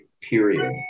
period